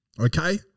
okay